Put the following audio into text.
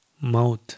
mouth